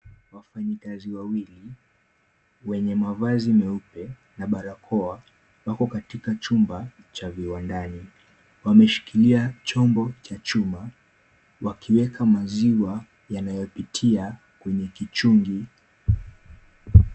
Wafanyikazi wawili wenye mavazi meupe na barakoa wako katika chumba cha viwandani. Wameshikilia chombo cha chuma wakiweka maziwa yanayopitia kwenye kichungi.